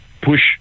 push